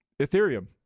Ethereum